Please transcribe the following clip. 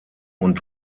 und